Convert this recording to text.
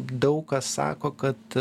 daug kas sako kad